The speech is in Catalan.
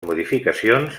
modificacions